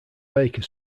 baker